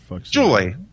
Julie